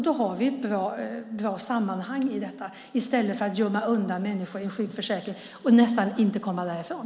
Det är ett bra sätt i stället för att gömma undan människor i sjukförsäkringen så att de nästan inte kan komma därifrån.